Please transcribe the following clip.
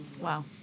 Wow